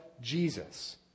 Jesus